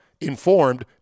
informed